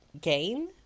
gain